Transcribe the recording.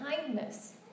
kindness